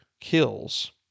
kills